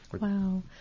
Wow